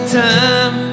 time